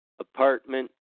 apartment